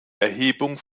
erhebung